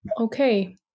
Okay